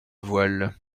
voile